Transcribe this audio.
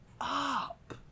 up